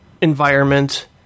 environment